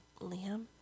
Liam